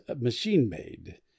machine-made